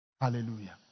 Hallelujah